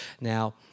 Now